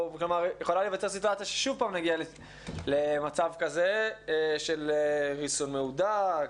יכולה להיווצר סיטואציה ששוב נגיע למצב כזה של ריסון מהודק,